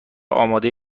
اماده